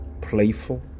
playful